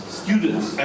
students